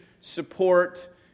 support